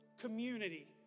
Community